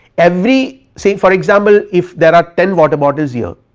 every say for example, if there are ten water bottles here,